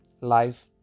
life